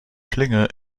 schlinge